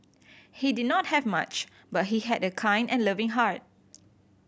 he did not have much but he had a kind and loving heart